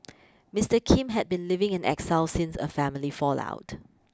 Mister Kim had been living in exile since a family fallout